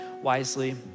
wisely